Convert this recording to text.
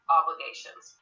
obligations